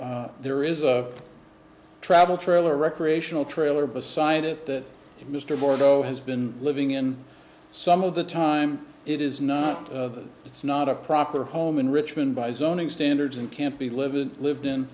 home there is a travel trailer recreational trailer beside it that mr bordeaux has been living in some of the time it is not it's not a proper home in richmond by zoning standards and can't be live